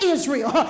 Israel